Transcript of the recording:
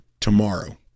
tomorrow